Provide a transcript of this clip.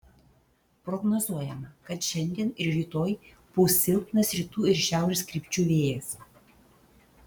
prognozuojama kad šiandien ir rytoj pūs silpnas rytų ir šiaurės krypčių vėjas